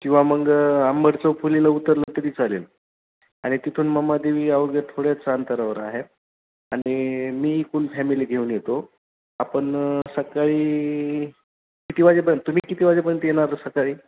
किंवा मग आंबट चौफुलीला उतरलं तरी चालेल आणि तिथून मुंबादेवी अवघं थोड्याच अंतरावर आहे आणि मी फूल फॅमिली घेऊन येतो आपण सकाळी किती वाजेपर्यंत तुम्ही किती वाजेपर्यंत येणार सकाळी